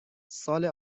سال